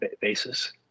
basis